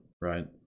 right